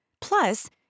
Plus